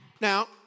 Now